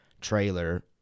trailer